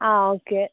ആ ഓക്കെ